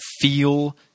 feel